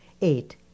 eight